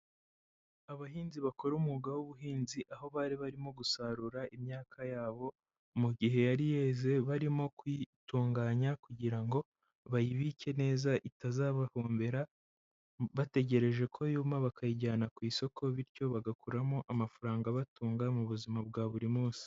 Abahinzi bakora umwuga w'ubuhinzi aho bari barimo gusarura imyaka yabo mu gihe yari yeze barimo kuyitunganya kugira ngo bayibike neza itazabahombera, bategereje ko yu nyuma bakayijyana ku isoko bityo bagakuramo amafaranga abatunga mu buzima bwa buri munsi.